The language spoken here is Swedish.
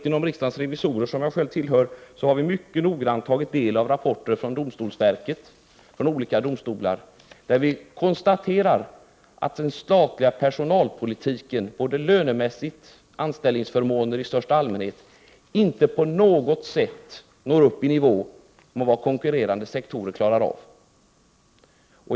Inom riksdagens revisorer, som jag själv tillhör, har vi mycket noggrant tagit del av domstolsverkets rapporter från olika domstolar, och vi har konstaterat att den statliga personalpolitiken både lönemässigt och när det gäller anställningsförmåner i största allmänhet inte på något sätt når upp i nivå med vad konkurrerande sektorer klarar av.